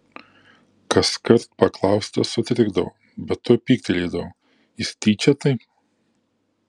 kaskart paklaustas sutrikdavo bet tuoj pyktelėdavo jis tyčia taip